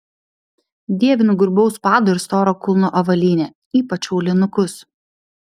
dievinu grubaus pado ir storo kulno avalynę ypač aulinukus